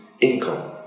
income